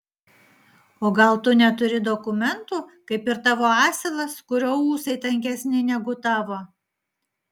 o gal tu neturi dokumentų kaip ir tavo asilas kurio ūsai tankesni negu tavo